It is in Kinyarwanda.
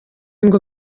ngo